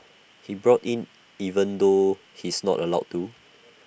he bought in even though he's not allowed to